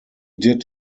did